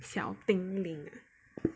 小叮铃 ah